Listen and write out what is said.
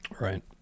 Right